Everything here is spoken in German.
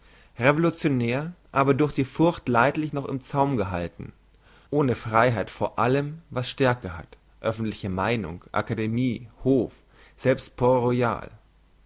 revolutionär aber durch die furcht leidlich noch im zaum gehalten ohne freiheit vor allem was stärke hat öffentliche meinung